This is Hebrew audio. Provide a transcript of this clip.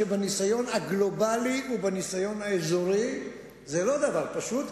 שבניסיון הגלובלי ובניסיון האזורי זה לא דבר פשוט,